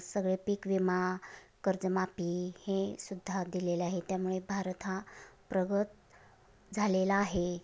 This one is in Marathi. सगळे पीक विमा कर्ज माफी हेसुद्धा दिलेलं आहे त्यामुळे भारत हा प्रगत झालेला आहे